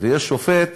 ויש שופט